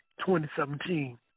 2017